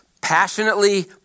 Passionately